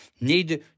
need